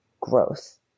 growth